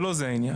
אבל לא זה העניין.